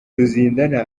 ruzindana